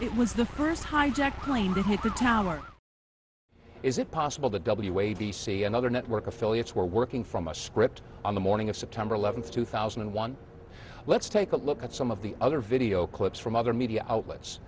it was the first hijacked plane that hit the tower is it possible the w a b c and other network affiliates were working from a script on the morning of september eleventh two thousand and one let's take a look at some of the other video clips from other media outlets